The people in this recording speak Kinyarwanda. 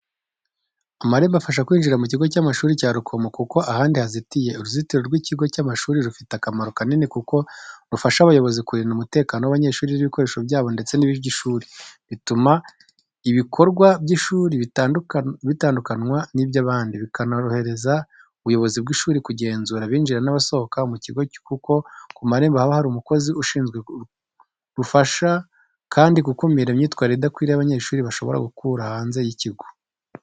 Amarembo afasha kwinjira mu kigo cy'amashuri cya Rukomo kuko ahandi hazitiye. Uruzitiro rw’ikigo cy’amashuri rufite akamaro kanini kuko rufasha ubuyobozi kurinda umutekano w’abanyeshuri n’ibikoresho byabo ndetse n’iby’ishuri, rutuma ibikorwa by’ishuri bitandukanwa n’iby’abandi, bikanorohereza ubuyobozi bw'ishuri kugenzura abinjira n’abasohoka mu kigo kuko ku marembo haba hari umukozi ubishinzwe. Rufasha kandi gukumira imyitwarire idakwiriye abanyeshuri bashobora gukura hanze y’ikigo.